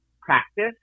practice